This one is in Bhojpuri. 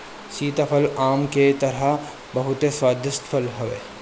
सीताफल आम के तरह बहुते स्वादिष्ट फल हवे